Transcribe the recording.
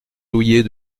douillet